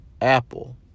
Apple